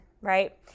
right